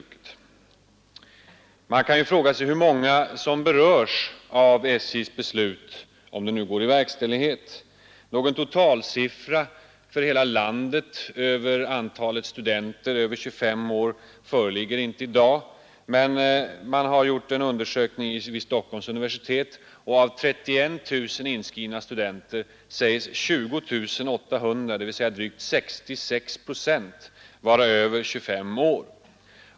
Man kan fråga sig hur många som berörs av SJ:s beslut, om det nu går i verkställighet. Någon totalsiffra för hela landet över antalet studenter över 25 år föreligger inte i dag, men vid Stockholms universitet har man gjort en undersökning som visar att av 31 000 inskrivna studenter är 20 800 eller 66 procent över 25 år.